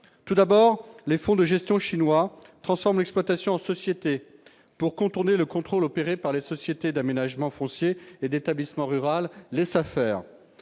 Tout d'abord, les fonds de gestion chinois transforment l'exploitation en société, pour contourner le contrôle opéré par les sociétés d'aménagement foncier et d'établissement rural, les SAFER.